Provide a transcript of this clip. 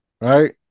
right